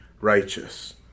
righteous